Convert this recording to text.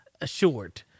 assured